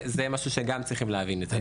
זה משהו שהם גם צריכים להבין את זה.